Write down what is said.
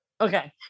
Okay